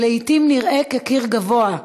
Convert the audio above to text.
שלעתים נראה כקיר גבוה,